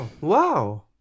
Wow